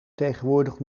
tegenwoordig